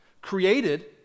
Created